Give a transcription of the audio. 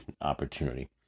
opportunity